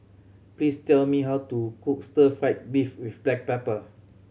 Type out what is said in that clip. please tell me how to cook stir fried beef with black pepper